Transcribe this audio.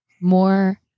More